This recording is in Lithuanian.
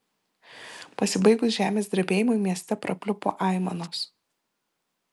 pasibaigus žemės drebėjimui mieste prapliupo aimanos